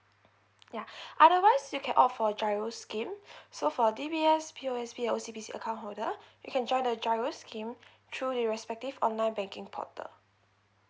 yeah otherwise you can opt for G_I_R_O scheme so for D_B_S P_O_S_B O_C_B_C account holder you can join the G_I_R_O schemes truly respective online banking portal